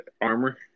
armor